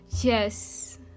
yes